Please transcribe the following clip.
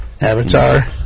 Avatar